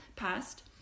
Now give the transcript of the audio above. Past